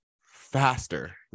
faster